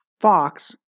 fox